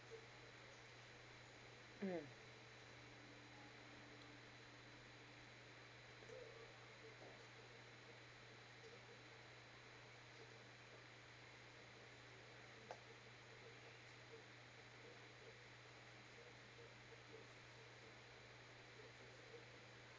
mm